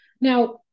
Now